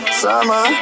summer